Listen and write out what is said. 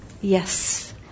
Yes